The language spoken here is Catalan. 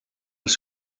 els